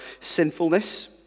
sinfulness